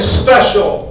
special